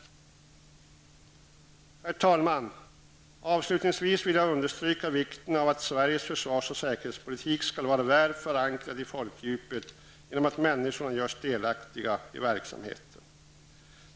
Herr talman! Avslutningsvis vill jag understryka vikten av att Sveriges försvars och säkerhetspolitik skall vara väl förankrad i folkdjupet genom att människorna görs delaktiga i verksamheten.